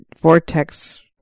vortex